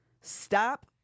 stop